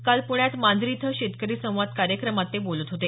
काल प्ण्यात मांजरी इथं शेतकरी संवाद कार्यक्रमात ते बोलत होते